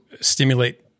stimulate